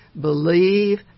believe